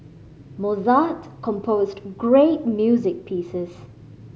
Mozart composed great music pieces